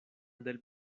del